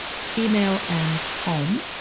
female and home,